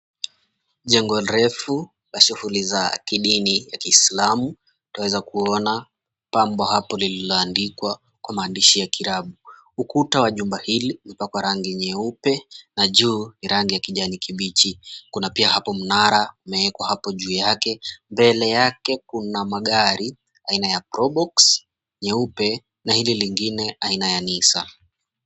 Jengo refu la shughuli za kidini ya kiislamu. Twaweza kuona pambo hapo lililoandikwa kwa maandishi ya kiarabu. Ukuta wa jumba hili umepakwa rangi nyeupe na juu ni rangi ya kijani kibichi. Kuna pia hapo mnara umewekwa hapo juu yake. Mbele yake kuna magari aina ya Probox nyeupe na hili lingine aina ya Nissan.